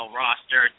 roster